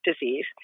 disease